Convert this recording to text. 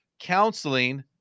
counseling